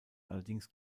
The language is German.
allerdings